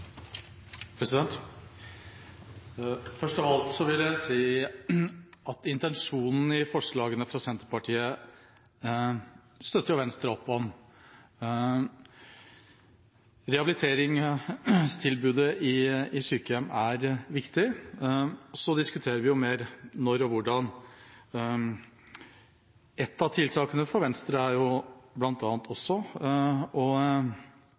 Først av alt vil jeg si at intensjonene i forslagene fra Senterpartiet støtter Venstre opp om. Rehabiliteringstilbudet i sykehjem er viktig – så diskuterer vi jo mer når og hvordan. For Venstres del er et av tiltakene bl.a. også å skape sterkere kommuner og